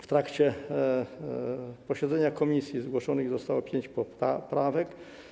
W trakcie posiedzenia komisji zgłoszonych zostało pięć poprawek.